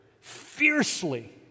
fiercely